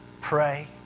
pray